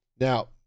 Now